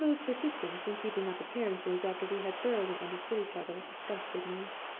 his smooth persistence in keeping up appearances after we had thoroughly understood each other disgusted me.